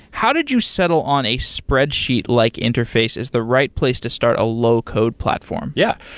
how did you settle on a spreadsheet-like interface is the right place to start a low-code platform? yeah.